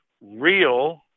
real